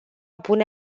pune